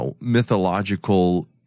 mythological